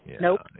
Nope